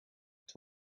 het